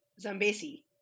Zambesi